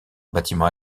bâtiment